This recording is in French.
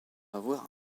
avoir